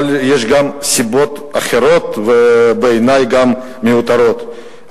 אבל יש גם סיבות אחרות, ובעיני גם מיותרות.